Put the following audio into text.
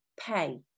pay